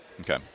Okay